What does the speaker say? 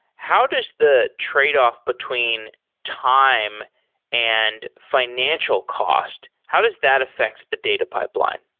how does the tradeoff between time and financial cost? how does that affect the data pipeline?